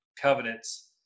covenants